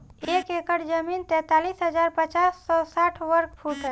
एक एकड़ जमीन तैंतालीस हजार पांच सौ साठ वर्ग फुट ह